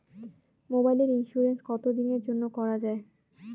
মোবাইলের ইন্সুরেন্স কতো দিনের জন্যে করা য়ায়?